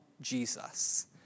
Jesus